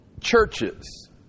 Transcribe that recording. churches